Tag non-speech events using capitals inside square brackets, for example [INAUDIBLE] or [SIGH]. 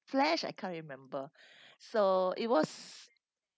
flash I can't remember [BREATH] so it was